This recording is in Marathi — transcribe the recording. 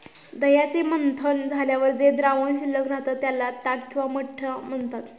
दह्याचे मंथन झाल्यावर जे द्रावण शिल्लक राहते, त्याला ताक किंवा मठ्ठा म्हणतात